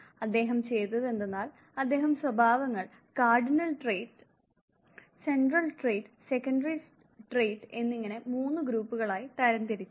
അദ്ദേഹം ചെയ്തത് എന്തെന്നാൽ അദ്ദേഹം സ്വഭാവങ്ങൾ cardinal trait central trait secondary trait എന്നിങ്ങനെ 3 ഗ്രൂപ്പുകളായി തരം തിരിച്ചു